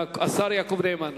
השר יעקב נאמן.